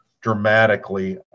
dramatically